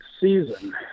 season